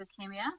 leukemia